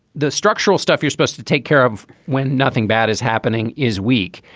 the structural stuff you're supposed to take care of when nothing bad is happening is weak.